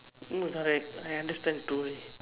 no it's alright I understand tol